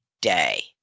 day